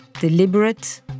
deliberate